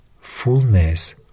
fullness